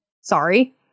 Sorry